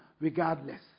Regardless